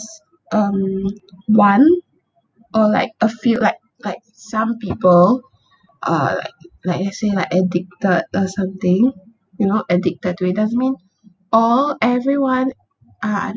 um want or like a few like like some people are like like let's say like addicted or something you know addicted to it doesn't mean orh everyone are